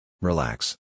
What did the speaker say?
Relax